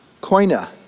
koina